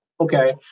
Okay